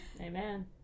Amen